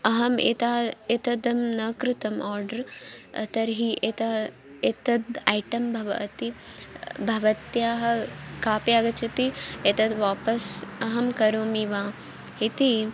अहम् एतद् एतद् न कृतम् आर्डर् तर्हि एतद् एतद् ऐटं ीभवति भवत्याः कापि आगच्छति एतद् वापस् अहं करोमि वा इति